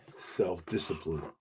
self-discipline